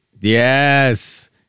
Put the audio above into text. Yes